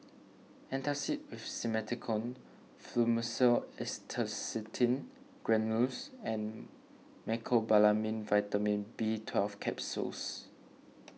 Antacid with Simethicone Fluimucil Acetylcysteine Granules and Mecobalamin Vitamin B Twelve Capsules